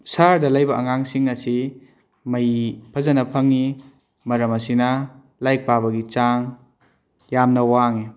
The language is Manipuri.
ꯁꯍꯔꯗ ꯂꯩꯕ ꯑꯉꯥꯡꯁꯤꯡ ꯑꯁꯤ ꯃꯩ ꯐꯖꯅ ꯐꯪꯏ ꯃꯔꯝ ꯑꯁꯤꯅ ꯂꯥꯏꯔꯤꯛ ꯄꯥꯕꯒꯤ ꯆꯥꯡ ꯌꯥꯝꯅ ꯋꯥꯡꯏ